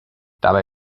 dabei